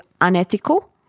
unethical